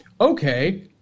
Okay